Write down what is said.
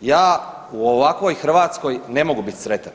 Ja u ovakvoj Hrvatskoj ne mogu bit sretan,